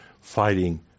fighting